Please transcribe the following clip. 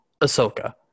ahsoka